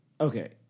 okay